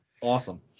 Awesome